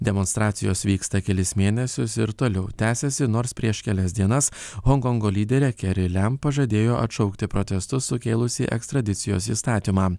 demonstracijos vyksta kelis mėnesius ir toliau tęsiasi nors prieš kelias dienas honkongo lyderė keri lem pažadėjo atšaukti protestus sukėlusį ekstradicijos įstatymą